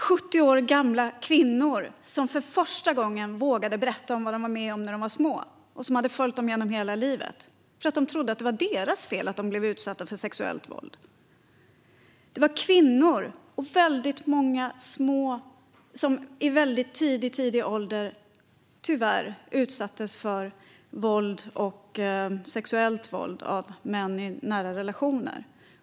70 år gamla kvinnor vågade för första gången berätta vad de varit med om när de var små. Det hade följt dem genom hela livet. De trodde att det var deras fel att de i väldigt tidig ålder blivit utsatta för sexuellt våld av män i nära relationer.